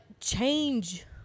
change